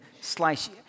slice